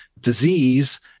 disease